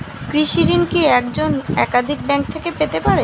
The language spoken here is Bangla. কৃষিঋণ কি একজন একাধিক ব্যাঙ্ক থেকে পেতে পারে?